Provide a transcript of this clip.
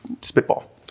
spitball